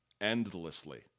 endlessly